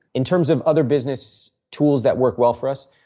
in terms of other business tools that work well for us,